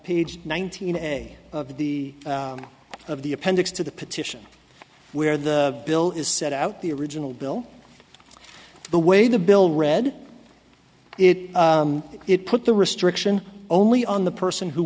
page nineteen a of the of the appendix to the petition where the bill is set out the original bill the way the bill read it it put the restriction only on the person who